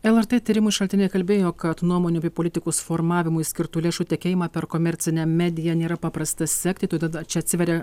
lrt tyrimų šaltiniai kalbėjo kad nuomonių bei politikos formavimui skirtų lėšų tekėjimą per komercinę media nėra paprasta sekti todėl dar čia atsiveria